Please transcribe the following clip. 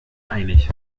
einig